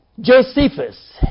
Josephus